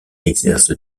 exerce